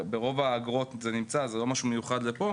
ברוב האגרות זה נמצא וזה לא משהו מיוחד לפה,